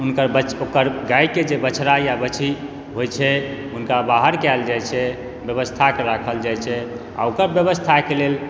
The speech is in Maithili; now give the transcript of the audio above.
हुनकर बच गायके बछरा या बछरी होइ छै हुनका बाहर कयल जाइ छै व्यवस्थाके राखल जाइ छै आओर ओकर व्यवस्थाके लेल